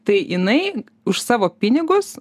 tai jinai už savo pinigus